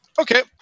Okay